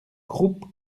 groupes